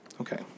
Okay